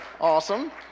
Awesome